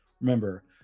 Remember